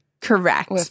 Correct